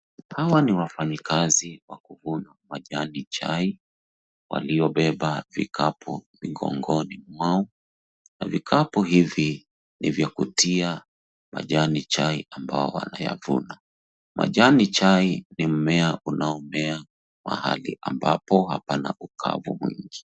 Hawa ni wafanye kazi wa kuvuna majani chai waliobeba vikapu mikongongoni mwao, vikapu hivi ni vya kutia majani chai ambayo yanayavuna, majani chai mimea unao mimea mahali ambapo pana ukavu mwingi.